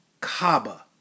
Kaba